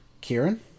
kieran